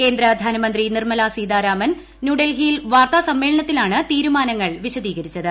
കേന്ദ്ര ധനമന്ത്രി നിർമ്മല സീതാരാമൻ ന്യൂഡൽഹിയിൽ വാർത്താസമ്മേളനത്തിലാണ് തീരുമാനങ്ങൾ വിശദീകരിച്ചത്